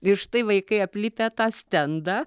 ir štai vaikai aplipę tą stendą